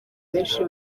benshi